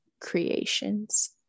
Creations